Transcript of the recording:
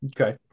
okay